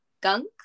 gunk